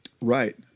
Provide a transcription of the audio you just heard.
Right